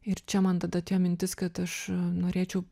ir čia man tada atėjo mintis kad aš norėčiau